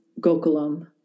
gokulam